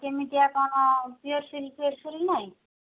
କେମିତିଆ କ'ଣ ନାହିଁ